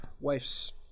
wife's